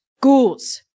ghouls